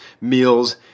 meals